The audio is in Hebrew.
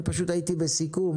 אני פשוט הייתי בסיכום,